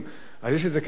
אדוני סגן השר,